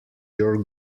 your